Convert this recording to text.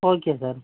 okay sir